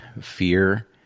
fear